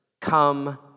come